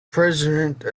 president